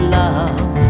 love